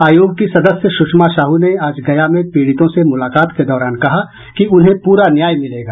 आयोग की सदस्य सुषमा साहू ने आज गया में पीड़ितों से मुलाकात के दौरान कहा कि उन्हें पूरा न्याय मिलेगा